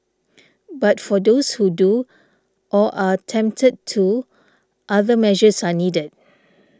but for those who do or are tempted to other measures are needed